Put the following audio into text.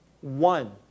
one